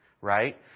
Right